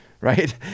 Right